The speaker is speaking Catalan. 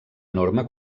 enorme